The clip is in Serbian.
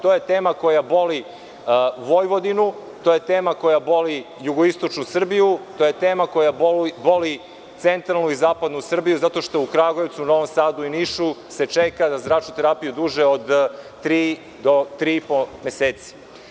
To je tema koja boli Vojvodinu, to je tema koja boli jugoistočnu Srbiju, to je tema koja boli centralnu i zapadnu Srbiju zato što se u Kragujevcu, Novom Sadu i Nišu se čeka na zračnu terapiju duže od tri do tri i po meseci.